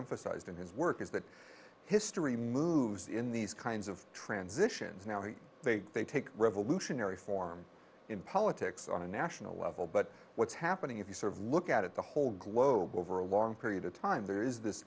emphasized in his work is that history moves in these kinds of transitions now and they they take revolutionary form in politics on a national level but what's happening if you sort of look at the whole globe over a long period of time there is this